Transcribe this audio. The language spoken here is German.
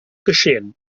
geschehen